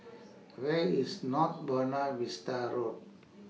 Where IS North Buona Vista Road